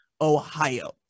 Ohio